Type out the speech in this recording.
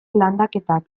landaketak